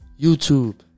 YouTube